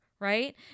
right